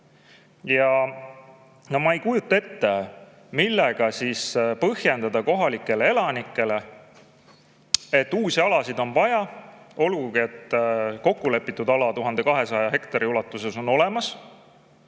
Ma ei kujuta ette, kuidas põhjendada kohalikele elanikele, et uusi alasid on vaja, olgugi et kokku lepitud ala 1200 hektari ulatuses on olemas.